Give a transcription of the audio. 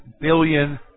billion